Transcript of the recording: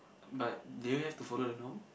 but do you have to follow the norm